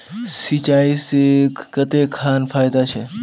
सिंचाई से कते खान फायदा छै?